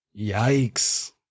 Yikes